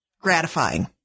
gratifying